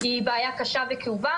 היא בעיה קשה וכאובה.